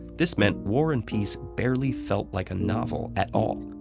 this meant war and peace barely felt like a novel at all.